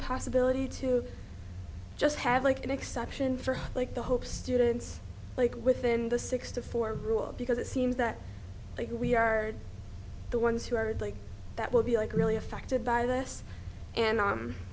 possibility to just have like an exception for like the hope students like within the six to four rule because it seems that they who we are the ones who are like that will be like really affected by this and